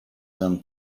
them